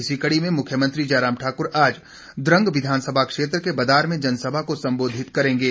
इसी कड़ी में मुख्यमंत्री जयराम ठाकुर आज द्रंग विधानसभा क्षेत्र के बदार में जनसभा को संबोधित करेंगे